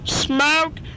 smoke